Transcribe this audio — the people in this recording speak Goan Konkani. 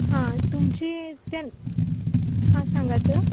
हां तुमची तें हां सांगात